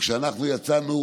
וכשאנחנו יצאנו,